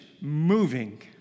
moving